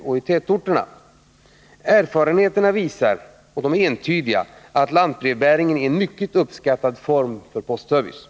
Delar statsrådet Ulf Adelsohn kommunens uppfattning att ett lokalpostkontor har stor betydelse för en positiv samhällsuppbyggnad i en kommundelsserviceort?